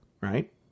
right